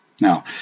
Now